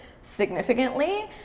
significantly